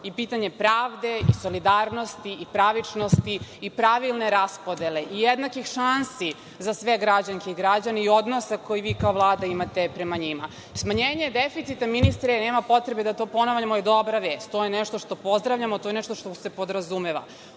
i pitanje pravde i solidarnosti i pravičnosti i pravilne raspodele i jednakih šansi za sve građanke i građane i odnose koji vi kao Vlada imate prema njima. Smanjenje deficita, ministre, nema potrebe da to ponavljamo je dobra vest. To je nešto što pozdravljamo, to je nešto što se podrazumeva.